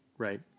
Right